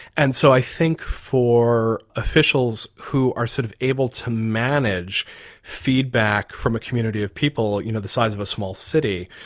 and so i think for officials who are sort of able to manage feedback from a community of people you know the size of a small city,